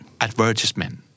Advertisement